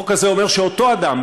החוק הזה אומר שאותו אדם,